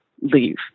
leave